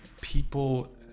people